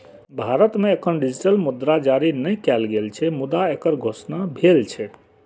भारत मे एखन डिजिटल मुद्रा जारी नै कैल गेल छै, मुदा एकर घोषणा भेल छै